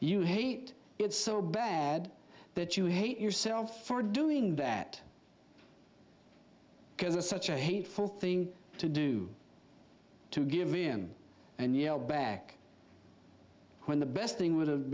you hate it so bad that you hate yourself for doing that because it's such a hateful thing to do to give in and yell back when the best thing would have